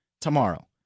tomorrow